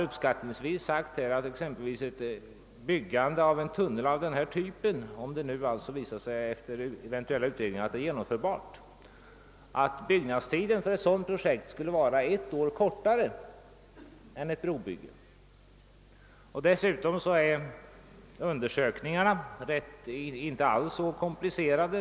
Uppskattningsvis är byggnadstiden för en tunnel av ifrågavarande typ — om den efter eventuella utredningar visar sig vara genomförbar — ett år kortare än för ett brobygge. Vidare är undersökningarna inte alls så komplicerade.